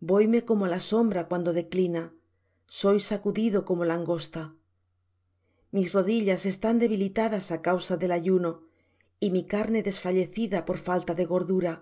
voime como la sombra cuando declina soy sacudido como langosta mis rodillas están debilitadas á causa del ayuno y mi carne desfallecida por falta de gordura